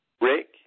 Rick